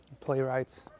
playwrights